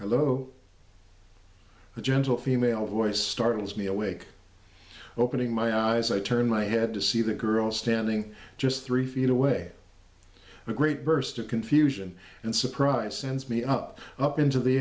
i low the gentle female voice startles me awake opening my eyes i turn my head to see the girl standing just three feet away a great burst of confusion and surprise sends me up up into the